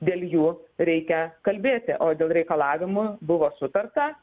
dėl jų reikia kalbėti o dėl reikalavimų buvo sutarta